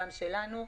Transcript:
כולל שלנו.